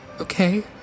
Okay